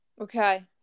Okay